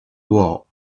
vow